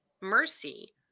mercy